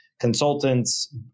consultants